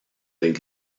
they